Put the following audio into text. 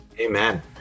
Amen